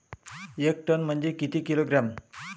एक टन म्हनजे किती किलोग्रॅम?